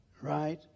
Right